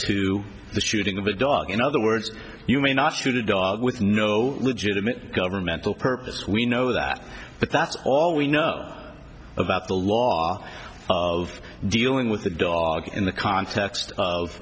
to the shooting of a dog in other words you may not shoot a dog with no legitimate governmental purpose we know that but that's all we know about the law of dealing with a dog in the context of